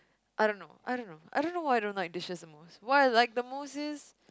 I don't know I don't know I don't know why I don't like dishes the most what I like the most is